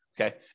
okay